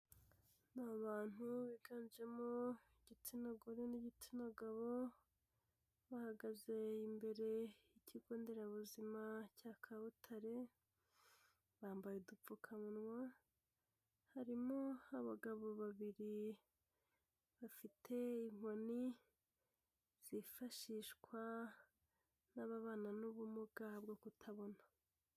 Ni abantu biganjemo igitsina gore n'igitsina gabo bahagaze imbere y'ikigo nderabuzima cya Kabutare bambaye udupfukamuwa, harimo abagabo babiri bafite inkoni zifashishwa n'ababana n'ubumuga bwo kutabona.